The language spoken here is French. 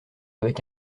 avec